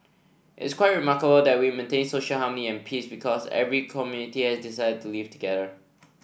it is quite remarkable that we maintain social harmony and peace because every community has decided to live together